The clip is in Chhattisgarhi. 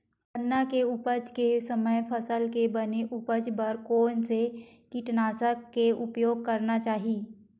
गन्ना के उपज के समय फसल के बने उपज बर कोन से कीटनाशक के उपयोग करना चाहि?